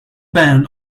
band